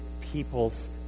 peoples